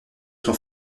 son